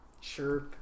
Sure